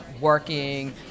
working